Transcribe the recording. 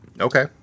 okay